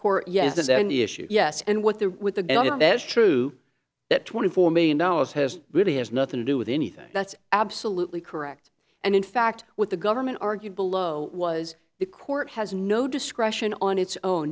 court yes there's an issue yes and what the with the good that is true that twenty four million dollars has really has nothing to do with anything that's absolutely correct and in fact what the government argued below was the court has no discretion on its own